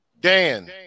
Dan